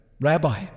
rabbi